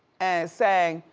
and saying,